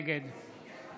נגד